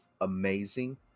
amazing